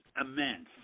immense